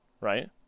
Right